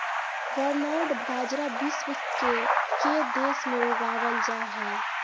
barnyard बाजरा विश्व के के देश में उगावल जा हइ